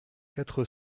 quatre